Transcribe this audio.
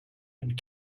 and